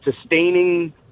sustaining